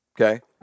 Okay